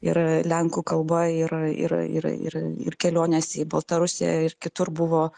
ir lenkų kalba ir ir ir ir ir kelionės į baltarusiją ir kitur buvo